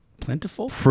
Plentiful